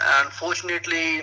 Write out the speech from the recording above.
Unfortunately